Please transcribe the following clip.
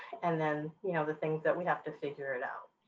and then, you know, the things that we have to figure it out.